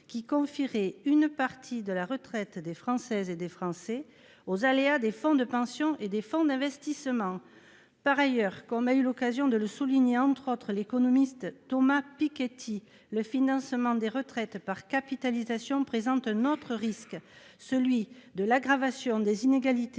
qui soumettrait une partie de la retraite des Françaises et des Français aux aléas des fonds de pension et des fonds d'investissement. Par ailleurs, comme l'économiste Thomas Piketty, entre autres, a eu l'occasion de le souligner, le financement des retraites par capitalisation présente un autre risque, celui de l'aggravation des inégalités